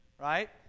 right